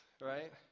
right